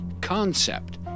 Concept